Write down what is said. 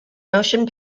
motion